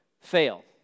fail